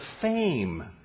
fame